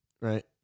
Right